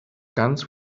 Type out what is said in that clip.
guns